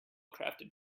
crafted